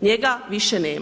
njega više nema.